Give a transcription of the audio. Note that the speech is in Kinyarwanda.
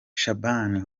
shaban